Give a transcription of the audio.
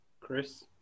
Chris